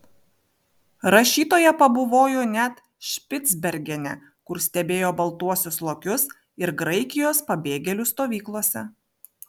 rašytoja pabuvojo net špicbergene kur stebėjo baltuosius lokius ir graikijos pabėgėlių stovyklose